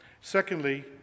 Secondly